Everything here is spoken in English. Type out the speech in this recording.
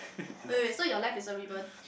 wait wait so your left is a ribbon